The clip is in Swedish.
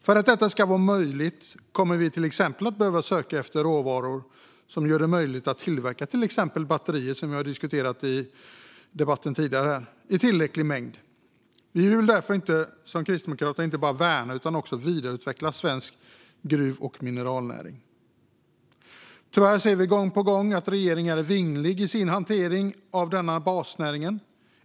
För att detta ska bli möjligt kommer vi till exempel att behöva söka efter råvaror som gör det möjligt att tillverka till exempel batterier, som vi diskuterade i debatten tidigare här, i tillräcklig mängd. Vi kristdemokrater vill därför inte bara värna utan också vidareutveckla svensk gruv och mineralnäring. Tyvärr ser vi gång på gång att regeringen är vinglig i sin hantering av denna basnäring.